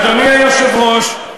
אדוני היושב-ראש,